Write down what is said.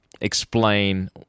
explain